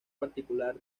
particular